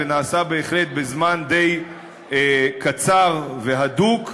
ונעשה בהחלט בזמן די קצר והדוק,